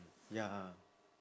ya